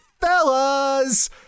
Fellas